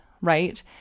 right